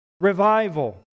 revival